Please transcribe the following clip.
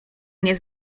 nie